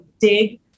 dig